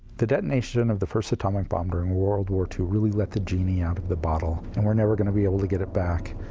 the detonation of the first atomic bomb during world war ii really let the genie out of the bottle and we're never gonna be able to get it back.